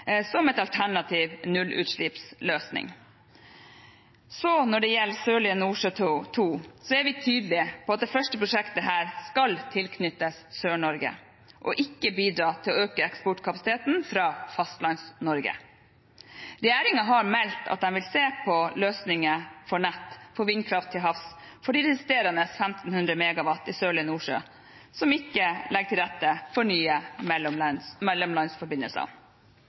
som en alternativ nullutslippsløsning. Når det gjelder Sørlige Nordsjø II, er vi tydelige på at det første prosjektet skal tilknyttes Sør-Norge og ikke bidra til å øke eksportkapasiteten fra Fastlands-Norge. Regjeringen har meldt at de vil se på løsninger for nett for vindkraft til havs for de resterende 1 500 MW i Sørlige Nordsjø som ikke legger til rette for nye